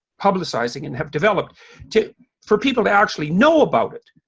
publicizing and have developed to for people to actually know about it,